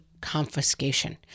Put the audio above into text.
confiscation